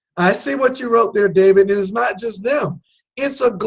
i see what you wrote there david and it's not just them it's a global.